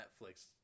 Netflix